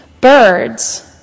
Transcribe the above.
birds